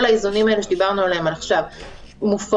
כל האיזונים שדיברנו עליהם עכשיו מופרים